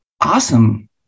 awesome